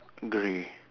grey